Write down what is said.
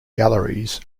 galleries